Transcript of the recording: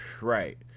Right